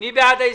מי בעד?